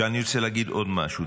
עכשיו אני רוצה להגיד עוד משהו.